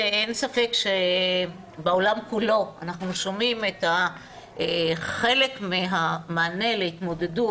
אין ספק שבעולם כולו אנחנו שומעים את חלק מהמענה להתמודדות